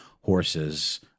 horses